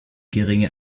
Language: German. geringe